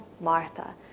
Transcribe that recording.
Martha